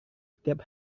setiap